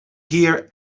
here